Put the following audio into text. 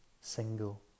single